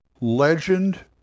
legend